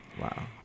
Wow